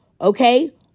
Okay